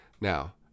now